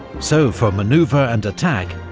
so for manoeuvre ah and attack,